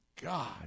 God